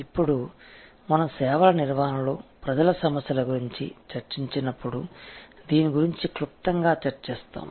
ఇప్పుడు మనం సేవల నిర్వహణలో ప్రజల సమస్యల గురించి చర్చించినప్పుడు దీని గురించి క్లుప్తంగా చర్చిస్తాం